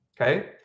okay